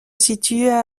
situent